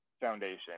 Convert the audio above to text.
foundation